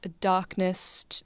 darkness